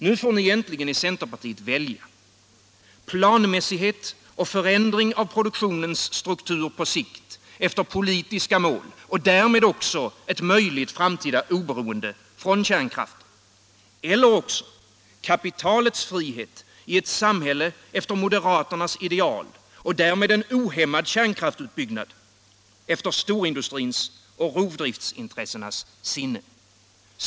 Nu får ni äntligen i centerpartiet välja: planmässighet och förändring av produktionens struktur på sikt efter politiska mål och därmed också ett möjligt framtida oberoende av kärnkraft — eller kapitalets frihet i ett samhälle efter moderaternas ideal och därmed en ohämmad kärnkraftsutbyggnad efter storindustrins och rovdriftsintressenas sinne.